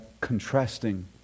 contrasting